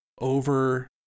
over